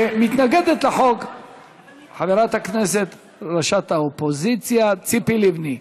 מתנגדת לחוק חברת הכנסת ראשת האופוזיציה ציפי לבני.